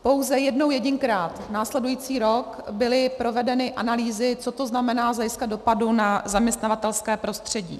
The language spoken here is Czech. Pouze jednou jedinkrát, následující rok, byly provedeny analýzy, co to znamená z hlediska dopadu na zaměstnavatelské prostředí.